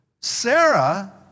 Sarah